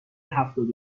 هفتاد